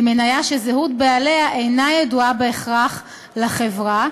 היא מניה שזהות בעליה אינה ידועה בהכרח לחברה,